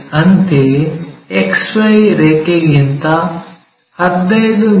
ಅಂತೆಯೇ XY ರೇಖೆಗಿಂತ 15 ಮಿ